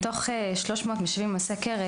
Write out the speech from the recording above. מתוך 300 משיבים לסקר,